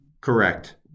Correct